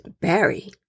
Barry